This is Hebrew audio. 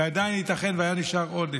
ועדיין ייתכן שהיה נשאר עודף.